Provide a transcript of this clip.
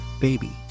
baby